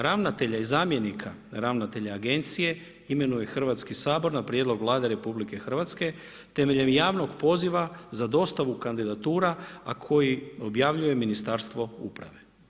Ravnatelja i zamjenika ravnatelja agencije imenuje Hrvatski sabor na prijedlog Vlade RH temeljem javnog poziva za dostavu kandidatura, a koji objavljuje Ministarstvo uprave.